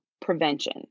prevention